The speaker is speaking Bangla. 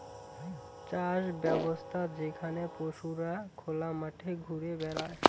চাষ ব্যবছ্থা যেখানে পশুরা খোলা মাঠে ঘুরে বেড়ায়